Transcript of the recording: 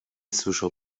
słyszał